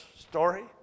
story